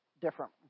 different